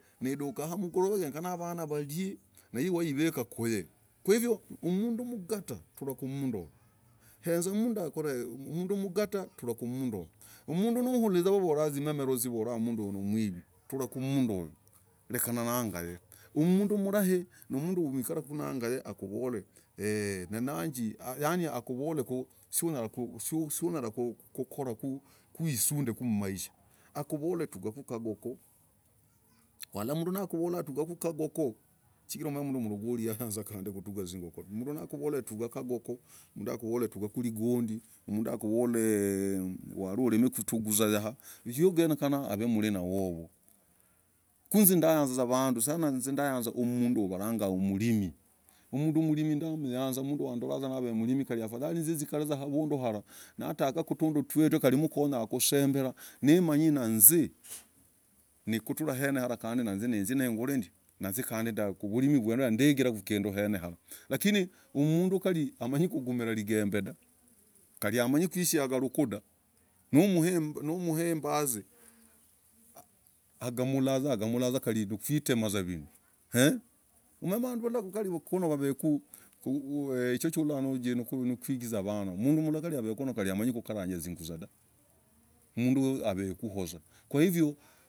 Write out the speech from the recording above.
Nidukaahamgorovaa yenyekena vaanah warie naiv waivikah kuy kwaivyo mnduu mgataa trakuy hezaa mduu mgataa trakuy noulizanavavolah zimemeziiyoo mnduu niwavii trah kunduu trah renaga mnduu mlai ukarakuu nagan navorah eee nyenyanjii yani akuvol sinyalah sinyalah usundeku mmaisha akuvol tugaaku kagokhoo ulolah mnduu nakuvol tugaaku kagokhoo chigirah mnduu mlogoli yayanzaa kutaga zigokhoo uguleku kagokhoo mnduu akuvol tugaaku kagondii mnduu akuvol ee yaliutuguku zuguzah hayaah yugenyekah av mlina wovoo kuhinzii ndayanzaa sana vanduu ndayanzaa mnduu mlimii mnduu milimii afadhali ezii kwikara awehaoo natagaa tundutue kali ndakonyah kusemberah nimanyii kandii hiziii nkutrah kwenayoo naizii naizii kandii kazia mlimiii gwene gulah ndigilahku kinduu kweneharah lakini umnduu kandii amanyi kugimalah kigemb dahv kali amanyi kushagah lukuuu dah no mwiii imbazii amra amra vuzaa kali kwiitemah vuzaa eeeee umanye vanduu valah kali mikono waveeku kali no ulah chivekuu nooomm kugizanah vaanah mnduu ata amanyi kukarah zuguzah dah mnduu avekuuvuzaa kwaivyo.